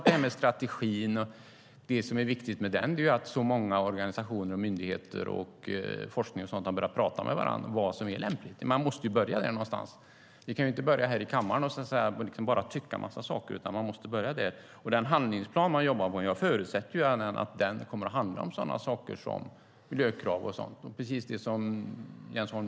Det som är viktigt med strategin är att så många organisationer, myndigheter och forskningsinstitutioner har börjat prata med varandra om vad som är lämpligt. Man måste ju börja där någonstans. Vi kan inte börja här i kammaren med att bara tycka en massa saker. Den handlingsplan man jobbar med förutsätter jag kommer att handla om sådant som miljökrav och liknande.